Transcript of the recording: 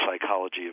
psychology